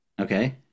Okay